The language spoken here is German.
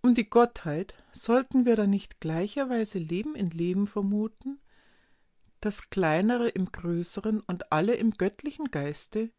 um die gottheit sollten wir da nicht gleicherweise leben in leben vermuten das kleinere im größeren und alle im göttlichen geiste